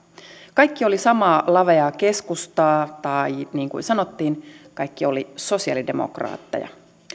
kaikki olivat samaa laveaa keskustaa tai niin kuin sanottiin kaikki olivat sosialidemokraatteja